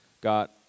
got